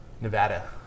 Nevada